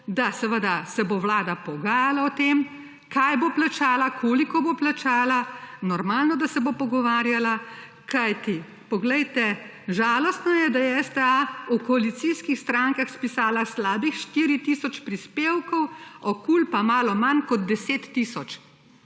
da seveda se bo vlada pogajala o tem kaj bo plačala, koliko bo plačala, normalno, da se bo pogovarjala, kajti poglejte, žalostno je, da je STA v koalicijskih strankah spisala slabih štiri tisoč prispevkov, o KUL pa malo manj kot 10 tisoč.